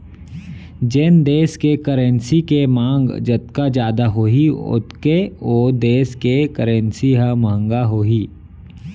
जेन देस के करेंसी के मांग जतका जादा होही ओतके ओ देस के करेंसी ह महंगा होही